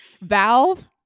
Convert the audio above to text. Valve